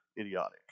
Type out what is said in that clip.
idiotic